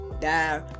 die